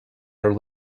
are